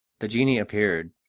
the genie appeared,